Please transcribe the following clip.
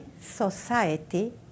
society